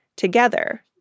together